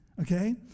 okay